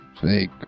fake